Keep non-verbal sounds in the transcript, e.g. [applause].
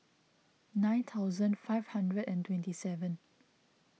nine thousand five hundred and twenty seven [noise]